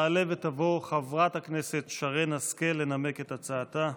תעלה ותבוא חברת הכנסת שרן השכל לנמק את הצעתה.